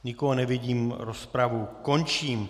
Nikoho nevidím, rozpravu končím.